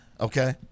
Okay